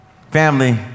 Family